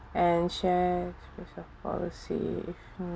and share policy mm